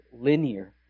linear